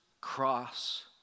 cross